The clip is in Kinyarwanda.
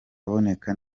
aboneka